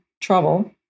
trouble